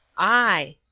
i!